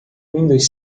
windows